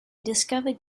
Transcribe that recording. discovered